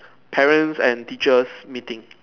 parents and teachers meeting